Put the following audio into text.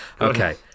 Okay